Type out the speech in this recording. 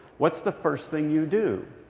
what's the first thing you do?